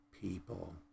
people